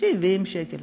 70 שקל.